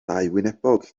dauwynebog